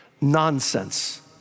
Nonsense